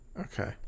Okay